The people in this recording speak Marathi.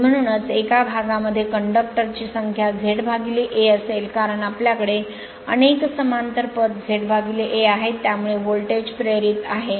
आणि म्हणून एका भागामध्ये कंडक्टर ची संख्या ZA असेल कारण आपल्याकडे अनेक समांतर पथ ZA आहेत त्यामुळे व्होल्टेज प्रेरित आहे